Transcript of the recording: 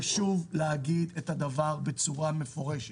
חשוב להגיד בצורה מפורשת: